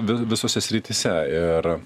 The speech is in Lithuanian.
vi visose srityse ir